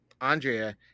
andrea